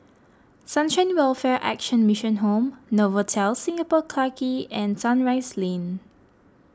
Sunshine Welfare Action Mission Home Novotel Singapore Clarke Quay and Sunrise Lane